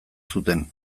zuten